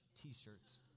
t-shirts